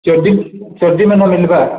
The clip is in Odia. ଚଡ୍ଡି ଚଡ୍ଡି ମିଳିବନି